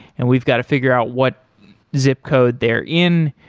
and we've got to figure out what zip code they're in.